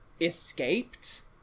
escaped